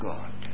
God